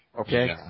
Okay